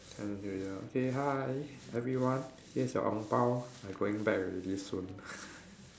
then here you are okay hi everyone here is your ang bao I going back already soon